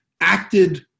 acted